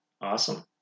Awesome